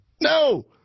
No